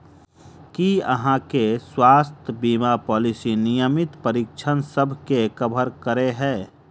की अहाँ केँ स्वास्थ्य बीमा पॉलिसी नियमित परीक्षणसभ केँ कवर करे है?